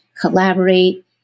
collaborate